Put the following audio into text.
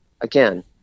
again